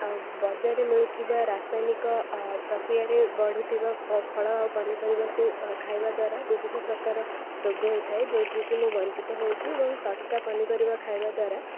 ଆଉ ବଜାରରେ ମିଳୁଥିବା ରାସାୟନିକ ଅ ପ୍ରକ୍ରିୟାରେ ବଢ଼ୁଥିବା ଫଳ ଆଉ ପନିପରିବାକୁ ଅ ଖାଇବାଦ୍ଵାରା ବିଭିନ୍ନପ୍ରକାର ରୋଗହେଇଥାଏ ଯେଉଁଥିରୁ କି ମୁଁ ବଞ୍ଚିତହେଉଛି ଏବଂ ତଟକା ପନିପରିବା ଖାଇବାଦ୍ଵାରା